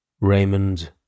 Raymond